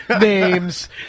names